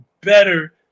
better